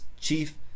chief